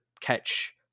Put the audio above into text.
catch